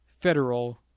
federal